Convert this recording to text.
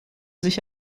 sich